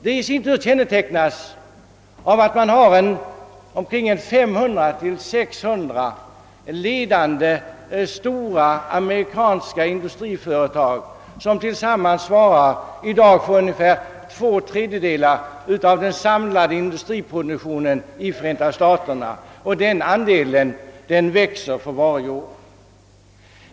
Teknostrukturen kännetecknas av 500 å 600 ledande industriföretag som «tillsammans svarar för ungefär två tredjedelar av den samlade industriproduktionen i Förenta staterna, och den andelen växer för varje år.